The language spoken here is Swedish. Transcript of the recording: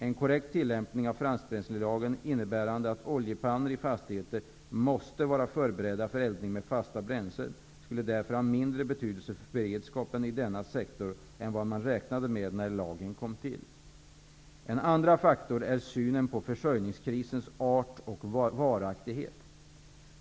En korrekt tillämpning av fastbränslelagen, innebärande att oljepannor i fastigheter måste vara förberedda för eldning med fasta bränslen, skulle därför ha mindre betydelse för beredskapen inom denna sektor än vad man räknade med när lagen kom till. En andra faktor är synen på försörjningskrisers art och varaktighet.